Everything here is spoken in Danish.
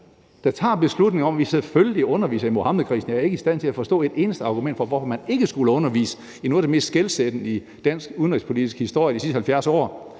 derude tager beslutningen om, at de selvfølgelig underviser i Muhammedkrisen? Jeg er ikke i stand til at forstå et eneste argument for, hvorfor man ikke skulle undervise i noget af det mest skelsættende i dansk udenrigspolitisk historie de sidste 70 år.